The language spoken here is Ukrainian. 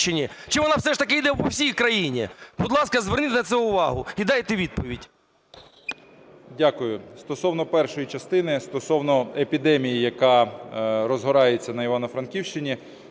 чи вона все ж таки йде по всій країні? Будь ласка, зверніть на це увагу і дайте відповідь. 10:59:52 ШМИГАЛЬ Д.А. Дякую. Стосовно першої частини, стосовно епідемії, яка розгорається на Івано-Франківщині.